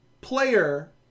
player